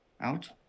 out